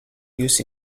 use